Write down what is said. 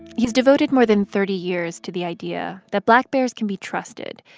he's devoted more than thirty years to the idea that black bears can be trusted,